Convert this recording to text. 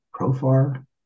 profar